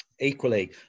Equally